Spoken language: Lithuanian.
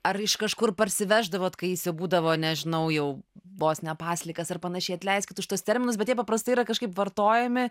ar iš kažkur parsiveždavot kai jis būdavo nežinau jau vos ne paslikas ar panašiai atleiskit už tuos terminus bet jie paprastai yra kažkaip vartojami